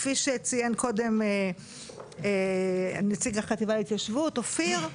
כפי שציין קודם נציג החטיבה להתיישבות אופיר,